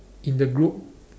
in the group